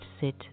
sit